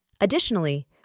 Additionally